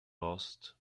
lost